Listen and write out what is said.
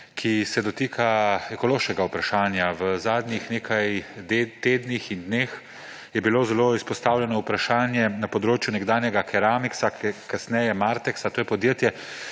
ki se dotika ekološkega vprašanja. V zadnjih nekaj tednih in dneh je bilo zelo izpostavljeno vprašanje na področju nekdanjega Keramixa, kasneje Martexa, to je podjetje,